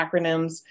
acronyms